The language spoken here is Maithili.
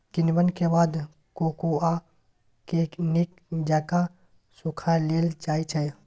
किण्वन के बाद कोकोआ के नीक जकां सुखा लेल जाइ छइ